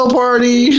party